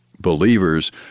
Believers